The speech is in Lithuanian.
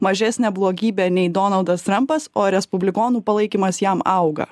mažesnė blogybė nei donaldas trampas o respublikonų palaikymas jam auga